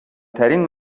ترین